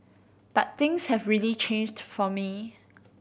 but things have really changed for me